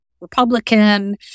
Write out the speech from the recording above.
Republican